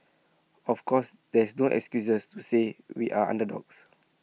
of course there is no excuses to say we are underdogs